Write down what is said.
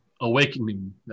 awakening